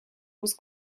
was